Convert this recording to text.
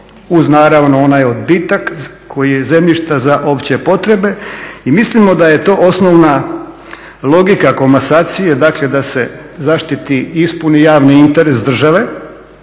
uz naravno onaj odbitak koji zemljišta za opće potrebe. I mislimo da je to osnovna logika komasacije, dakle da se zaštiti, ispuni javni interes države,